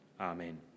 Amen